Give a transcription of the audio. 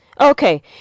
Okay